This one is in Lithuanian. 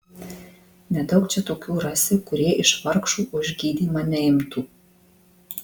nedaug čia tokių rasi kurie iš vargšų už gydymą neimtų